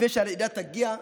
לפני שהרעידה תגיע,